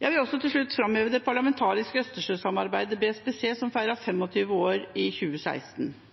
Jeg vil til slutt også framheve det parlamentariske østersjøsamarbeidet, BSPC, som feiret 25 år i 2016.